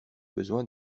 besoin